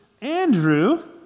Andrew